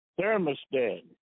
thermostat